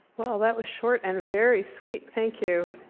well, that was short and very sweet thank you.